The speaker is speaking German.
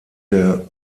der